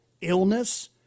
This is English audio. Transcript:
illness